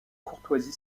courtoisie